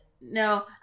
no